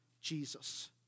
Jesus